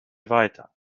weiter